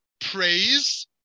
Praise